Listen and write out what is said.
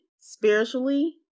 spiritually